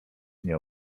nie